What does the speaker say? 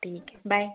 ठीक आहे बाय